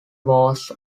was